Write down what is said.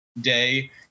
day